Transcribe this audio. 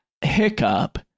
hiccup